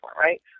right